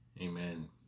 Amen